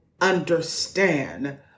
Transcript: understand